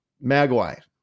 Maguire